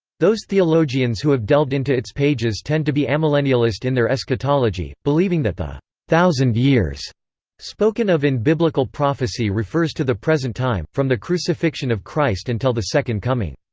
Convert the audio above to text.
those theologians who have delved into its pages tend to be amillennialist in their eschatology, believing that the thousand years spoken of in biblical prophecy refers to the present time from the crucifixion of christ until the second coming.